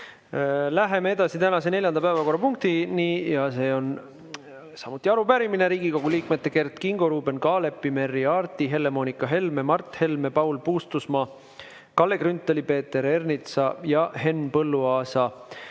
Läheme edasi tänase neljanda päevakorrapunktiga. See on Riigikogu liikmete Kert Kingo, Ruuben Kaalepi, Merry Aarti, Helle-Moonika Helme, Mart Helme, Paul Puustusmaa, Kalle Grünthali, Peeter Ernitsa ja Henn Põlluaasa